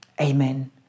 Amen